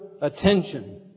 Attention